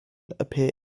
appear